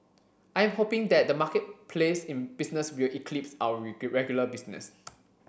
I am hoping that the marketplace business will eclipse our regular business